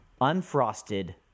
unfrosted